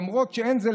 למרות שאין לזה,